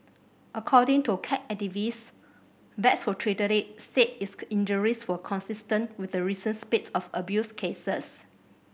according to cat activists vets who treated it said its injuries were consistent with the recent spate of abuse cases